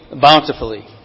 bountifully